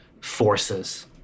forces